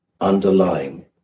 underlying